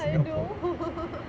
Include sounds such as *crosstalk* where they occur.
I know *laughs*